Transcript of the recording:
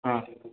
હા